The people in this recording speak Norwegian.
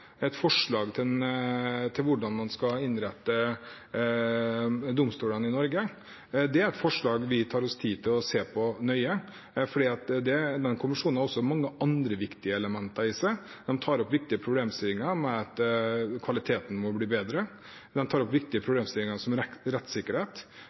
et forslag til hvordan man skal innrette domstolene i Norge. Det er et forslag vi tar oss tid til å se nøye på, for den kommisjonen har også mange andre viktige elementer i seg. De tar opp viktige problemstillinger som at kvaliteten må bli bedre, og de tar opp viktige